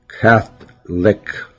catholic